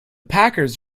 packers